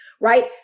right